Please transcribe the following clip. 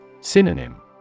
Synonym